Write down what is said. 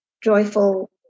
joyful